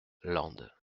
land